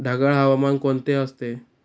ढगाळ हवामान कोणते असते?